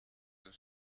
this